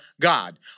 God